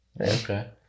Okay